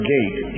Gate